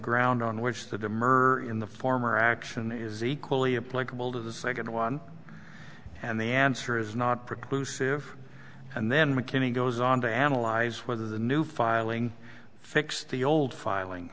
ground on which the demur in the former action is equally apply coupled to the second one and the answer is not preclude and then mckinney goes on to analyze whether the new filing fixed the old filing